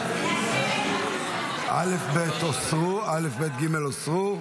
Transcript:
א', ב' וג' הוסרו.